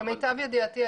למיטב ידיעתי,